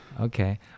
okay